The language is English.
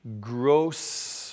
gross